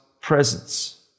presence